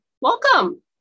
Welcome